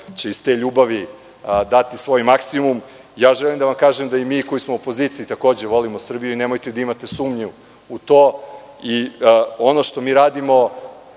će iz te ljubavi dati svoj maksimum. Ja želim da vam kažem da i mi koji smo u opoziciji takođe volimo Srbiju i nemojte da imate sumnju u to. Ono što mi radimo